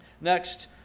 Next